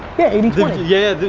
yeah, eighty twenty. yeah